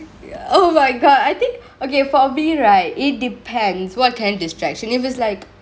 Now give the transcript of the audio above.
oh my god I think okay for me right it depends what kind of distraction if it's like